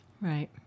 Right